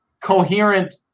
coherent